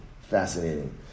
fascinating